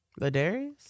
ladarius